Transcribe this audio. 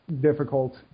difficult